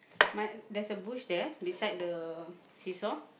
mine there's a bush there beside the see-saw